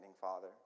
Father